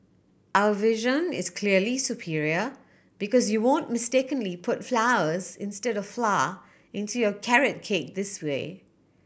our version is clearly superior because you won't mistakenly put flowers instead of flour into your carrot cake this way